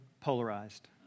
polarized